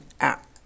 app